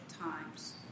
times